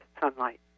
sunlight